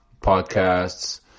podcasts